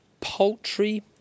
poultry